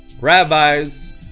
rabbis